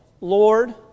Lord